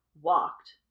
walked